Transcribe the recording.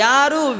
Yaru